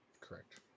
Correct